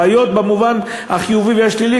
בעיות במובן החיובי והשלילי,